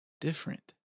different